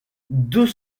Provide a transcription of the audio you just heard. deux